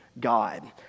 God